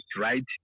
right